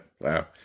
Wow